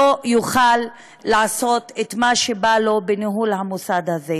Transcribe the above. לא יוכל לעשות מה שבא לו בניהול המוסד הזה.